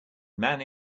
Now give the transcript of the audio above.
man